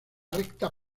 recta